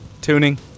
tuning